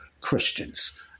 Christians